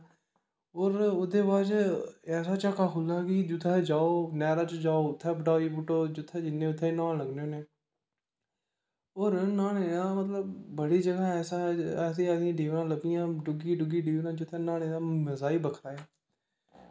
होर ओह्दे बाद च ऐसा झाका खुलदा कि जित्थें जाओ नैह्रा च जाओ उत्थें डाई पुट्टो जित्थें जन्ने होन्ने उत्थें गै न्हान लगी पौन्ने होन्ने होर न्हाने दा मतलब बड़ी जगह् ऐसी ऐ ऐसी ऐसी डबरां लब्भियां डूंह्गी डूंह्गी डबरां जित्थें न्हाने दा मज़ा गै बक्खरा ऐ